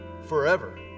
forever